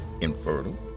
infertile